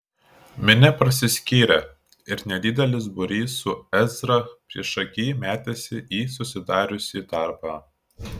minia prasiskyrė ir nedidelis būrys su ezra priešaky metėsi į susidariusį tarpą